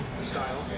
style